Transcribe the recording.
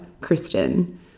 Kristen